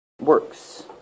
works